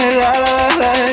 la-la-la-la